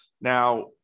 Now